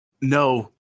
No